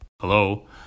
Hello